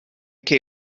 che